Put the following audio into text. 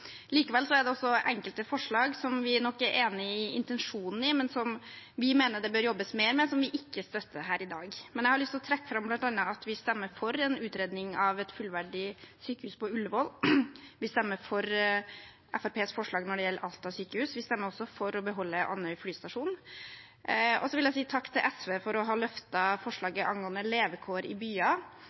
Likevel er det enkelte forslag som vi nok er enig i intensjonen i, men som vi mener det bør jobbes mer med, som vi ikke støtter her i dag. Men jeg har lyst til å trekke fram bl.a. at vi stemmer for en utredning av et fullverdig sykehus på Ullevål. Vi stemmer for Fremskrittspartiets forslag når det gjelder Alta sykehus, og vi stemmer også for å beholde Andøya flystasjon. Så vil jeg si takk til SV for å ha løftet forslaget angående levekår i byer.